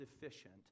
deficient